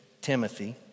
Timothy